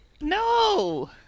No